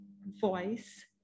voice